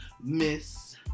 Miss